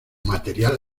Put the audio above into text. material